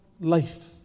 life